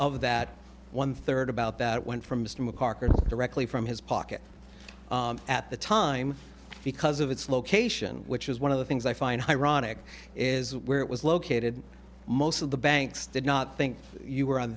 of that one third about that went from system of directly from his pocket at the time because of its location which is one of the things i find ironic is where it was located most of the banks did not think you were on